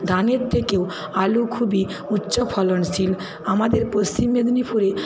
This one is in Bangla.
ধানের থেকেও আলু খুবই উচ্চ ফলনশীল আমাদের পশ্চিম মেদিনীপুরে